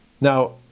Now